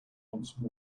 once